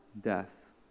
death